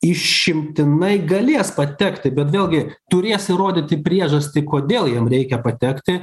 išimtinai galės patekti bet vėlgi turės įrodyti priežastį kodėl jiem reikia patekti